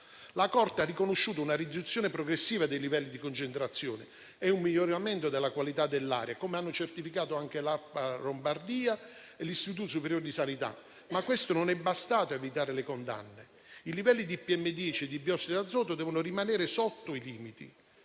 La Corte ha riconosciuto una riduzione progressiva dei livelli di concentrazione e un miglioramento della qualità dell'aria, come hanno certificato anche l'ARPA Lombardia e l'Istituto superiore di sanità. Ma questo non è bastato a evitare le condanne. I livelli di PM10 di biossido d'azoto devono rimanere sotto i limiti.